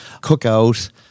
cookout